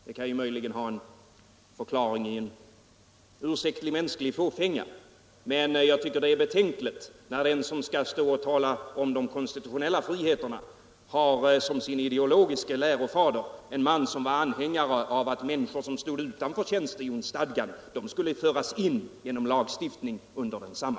Det kan förståeligt ha sin förklaring i en mänsklig fåfänga, men jag tycker det är betänkligt när den som skall försvara de konstitutionella friheterna har som sin ideologiske lärofader en man som var anhängare av att människor som stod utanför tjänstehjonsstadgan skulle föras in genom lagstiftning under densamma.